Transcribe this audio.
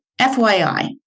FYI